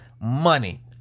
money